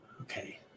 okay